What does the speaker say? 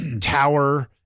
tower